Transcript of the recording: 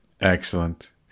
Excellent